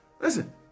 Listen